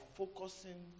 focusing